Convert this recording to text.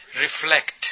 Reflect